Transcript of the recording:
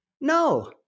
No